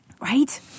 Right